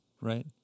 right